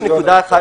יש נקודה אחת